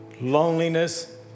loneliness